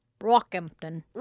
Rockhampton